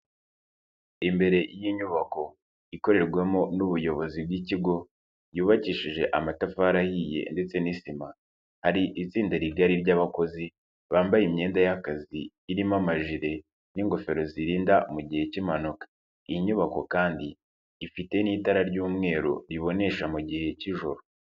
Imbere y'inyubako, ikorerwamo n'ubuyobozi bw'ikigo, yubakishije amatafari ahiye ndetse n'isima, hari itsinda rigari ry'abakozi, bambaye imyenda y'akazi, irimo amajire n'ingofero zirinda mu gihe cy'impanuka. Iyi nyubako kandi ifite n'itara ry'umweru ribonesha mu gihe k'ijoro.